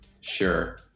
Sure